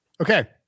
okay